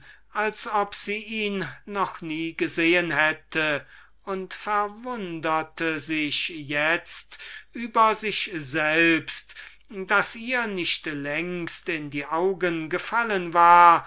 als ob sie ihn noch nie gesehen hätte und verwunderte sich itzt über sich selbst daß ihr nicht längst in die augen gefallen war